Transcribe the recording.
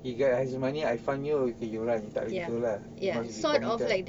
okay I fund you okay you run tak gitu lah you must be committed